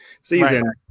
season